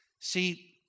See